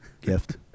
gift